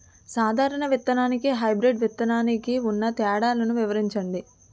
సాధారణ విత్తననికి, హైబ్రిడ్ విత్తనానికి ఉన్న తేడాలను వివరించండి?